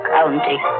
County